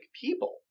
people